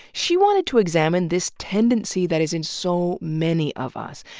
she wanted to examine this tendency that is in so many of us,